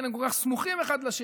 לכן הם כל כך סמוכים אחד לשני.